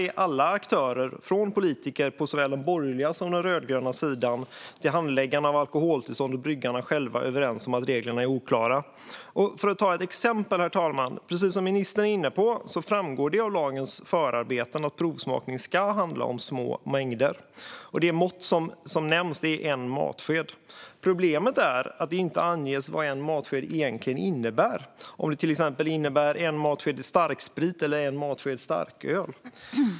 Där är alla aktörer, från politiker på såväl den borgerliga som den rödgröna sidan till handläggarna av alkoholtillstånd och bryggarna själva, överens om att reglerna är oklara. Herr talman! Jag ska ta ett exempel. Precis som ministern är inne på framgår det av lagens förarbeten att provsmakning ska handla om små mängder. Det mått som nämns är en matsked. Problemet är att det inte anges vad en matsked egentligen innebär. Innebär det till exempel en matsked starksprit eller en matsked starköl?